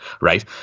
Right